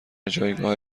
جایگاه